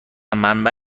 منبع